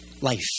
Life